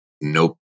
nope